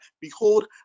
Behold